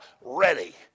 ready